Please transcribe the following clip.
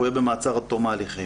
הוא יהיה במעצר עד תום ההליכים,